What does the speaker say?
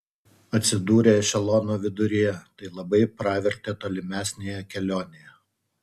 atsidūrė ešelono viduryje tai labai pravertė tolimesnėje kelionėje